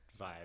vibe